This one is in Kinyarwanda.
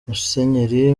musenyeri